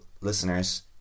listeners